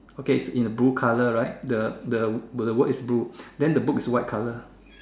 okay so in the blue color right the the the word is blue then the book is white color